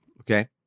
Okay